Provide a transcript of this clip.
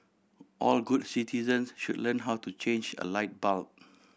all good citizens should learn how to change a light bulb